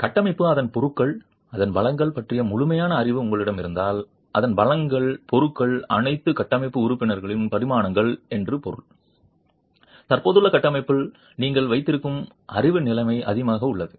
கட்டமைப்பு அதன் பொருட்கள் அதன் பலங்கள் பற்றிய முழுமையான அறிவு உங்களிடம் இருந்தால் அதன் பலங்கள் பொருட்கள் அனைத்து கட்டமைப்பு உறுப்பினர்களின் பரிமாணங்கள் என்ற பொருளில் தற்போதுள்ள கட்டமைப்பில் நீங்கள் வைத்திருக்கும் அறிவு நிலை அதிகமாக உள்ளது